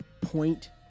point